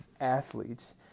athletes